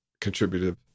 Contributive